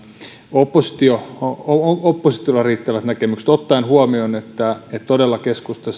oppositiolla riittävät näkemykset ottaen huomioon että todella keskusta